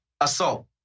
assault